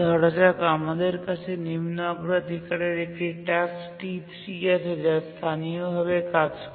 ধরা যাক আমাদের কাছে নিম্ন অগ্রাধিকারের একটি টাস্ক T3 আছে যা স্থানীয়ভাবে কাজ করে